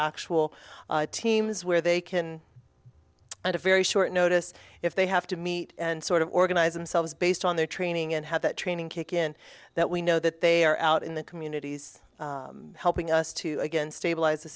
actual teams where they can at a very short notice if they have to meet and sort of organize themselves based on their training and have that training kick in that we know that they are out in the communities helping us to again stabilize the